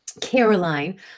Caroline